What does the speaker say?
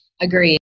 Agreed